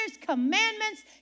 commandments